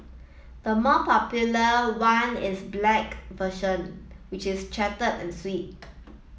the more popular one is black version which is charted and sweet